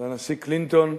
לנשיא קלינטון,